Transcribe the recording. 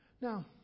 Now